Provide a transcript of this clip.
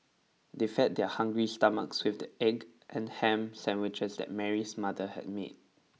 they fed their hungry stomachs with the egg and ham sandwiches that Mary's mother had made